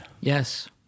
Yes